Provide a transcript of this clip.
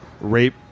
rape